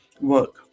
work